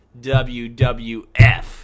WWF